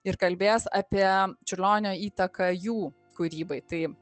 ir kalbės apie čiurlionio įtaką jų kūrybai tai